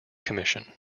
commission